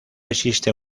existe